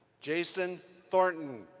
jason thornton,